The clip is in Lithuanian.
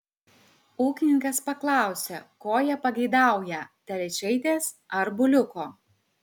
ūkininkas paklausė ko jie pageidaują telyčaitės ar buliuko